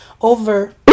over